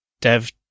dev